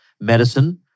medicine